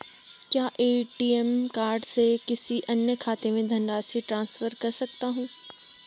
क्या ATM card से किसी अन्य खाते में धनराशि ट्रांसफर कर सकता हूँ?